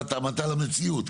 ואתה עמדת על המציאות,